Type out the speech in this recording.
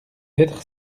être